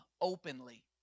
openly